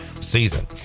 season